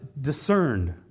discerned